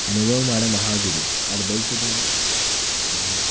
അനുഭവമാണ് മഹാഗുരു അനുഭവിക്കുന്നവന് അനുഭവം